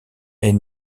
est